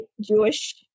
Jewish